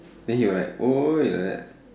then he will like orh like that